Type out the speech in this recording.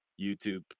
youtube